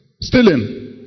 Stealing